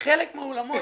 בחלק מן האולמות,